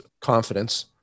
confidence